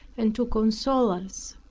and to console us.